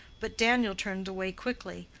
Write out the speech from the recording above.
but daniel turned away quickly,